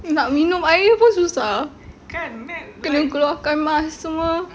nak minum air pun susah kena keluarkan mask semua